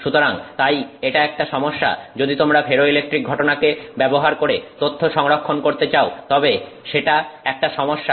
সুতরাং তাই এটা একটা সমস্যা যদি তোমরা ফেরোইলেকট্রিক ঘটনাকে ব্যবহার করে তথ্য সংরক্ষণ করতে চাও তবে সেটা একটা সমস্যা